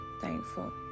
thankful